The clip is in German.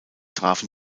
trafen